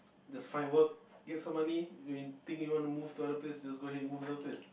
just find work get some money if you think you want move other place just go ahead move other place